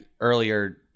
earlier